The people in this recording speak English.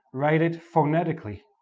write it phonetically.